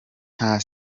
nta